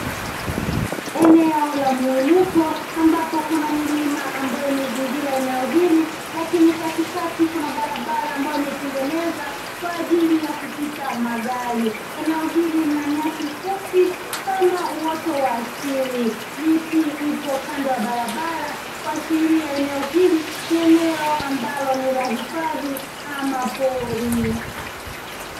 Eneo la mwinuko ambapo kuna milima ambayo imazingira eneo hili lakini katikati kuna barabara imetengenezwa kwa ajili ya kupita magari. Eneo hili lina nyasi fupi kama uoto wa asili. Miti ipo kando ya barabara kuashiria eneo hili ni eneo ambalo ni la hifadhi ama pori.